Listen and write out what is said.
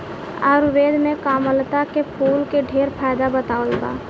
आयुर्वेद में कामलता के फूल के ढेरे फायदा बतावल बा